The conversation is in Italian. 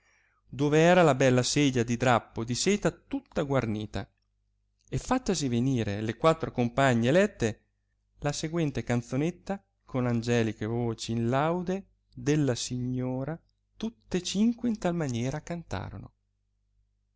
dove era la bella sedia di drappo di seta tutta guarnita e fattesi venire le quattro compagne elette la seguente canzonetta con angeliche voci in laude della signora tutte cinque in tal maniera cantorono